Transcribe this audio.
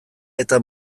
eta